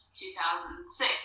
2006